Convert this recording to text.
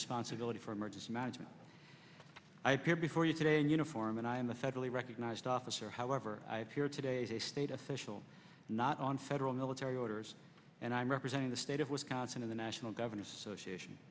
responsibility for emergency management i appear before you today in uniform and i am a federally recognized officer however i have here today as a state official not on federal military orders and i'm representing the state of wisconsin of the national governors association